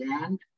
land